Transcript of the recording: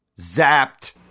Zapped